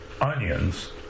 onions